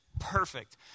perfect